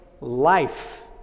life